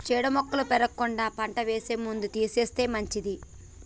చీడ మొక్కలు పెరగకుండా పంట వేసే ముందు తీసేస్తే మంచిది